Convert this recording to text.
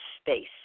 space